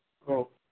औ